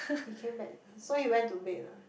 he came back so he went to bed lah